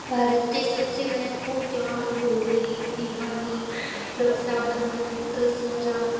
भारत के सबसे महत्वपूर्ण त्योहार होली दिवाली रक्षाबंधन दशहरा